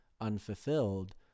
unfulfilled